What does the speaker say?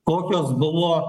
kokios buvo